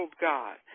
God